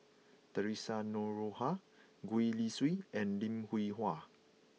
Theresa Noronha Gwee Li Sui and Lim Hwee Hua